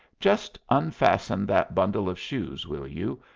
just unfasten that bundle of shoes, will you,